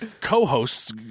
co-hosts